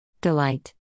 Delight